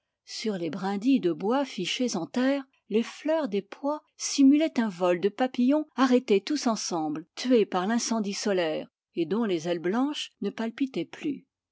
sur les brindilles de bois fichées en terre les fleurs des pois simulaient un vol de papillons arrêtés tous ensemble tués par l'incendie solaire et dont les ailes blanches ne palpitaient plus